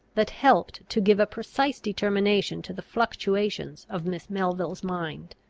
that helped to give a precise determination to the fluctuations of miss melville's mind.